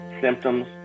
symptoms